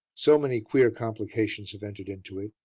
so many queer complications have entered into it,